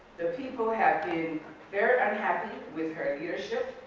the people have been very unhappy with her leadership,